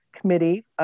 Committee